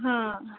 हां